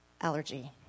allergy